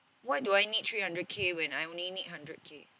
why do I need three hundred K when I only need hundred K